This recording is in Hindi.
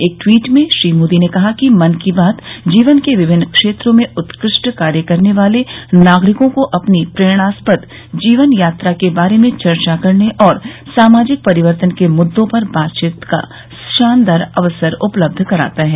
एक ट्वीट में श्री मोदी ने कहा कि मन की बात जीवन के विभिन्न क्षेत्र में उत्कृष्ट कार्य करने वाले नागरिकों को अपनी प्रेरणास्पद जीवन यात्रा के बारे में चर्चा करने और सामाजिक परिवर्तन के मुद्दों पर बातचीत का शानदार अवसर उपलब्ध कराता है